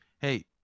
hey